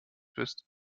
bist